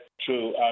true